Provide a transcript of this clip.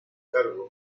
cargo